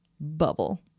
bubble